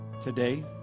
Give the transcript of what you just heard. today